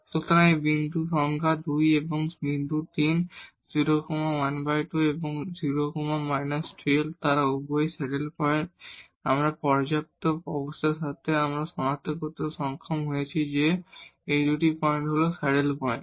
সুতরাং এই বিন্দু সংখ্যা 2 এবং বিন্দু 3 0 12 এবং 0 12 তারা উভয়ই স্যাডল পয়েন্ট আমাদের পর্যাপ্ত অবস্থার সাথে আমরা সনাক্ত করতে সক্ষম হয়েছি যে এই দুটি পয়েন্ট হল স্যাডেল পয়েন্ট